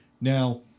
Now